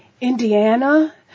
Indiana